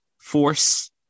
force